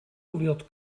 wilt